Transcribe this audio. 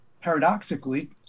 paradoxically